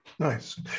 Nice